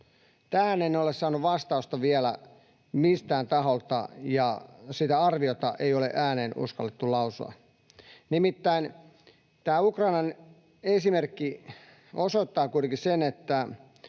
Tähän en ole saanut vastausta vielä miltään taholta, ja sitä arviota ei ole ääneen uskallettu lausua. Nimittäin tämä Ukrainan esimerkki osoittaa kuitenkin sen, että